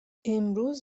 امروز